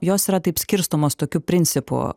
jos yra taip skirstomos tokiu principu